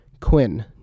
Quinn